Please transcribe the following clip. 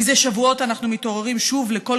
מזה שבועות אנחנו מתעוררים שוב לקול